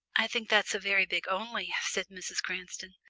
i think that's a very big only, said mrs. cranston.